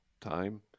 time